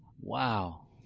Wow